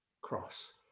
cross